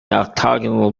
octagonal